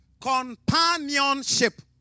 Companionship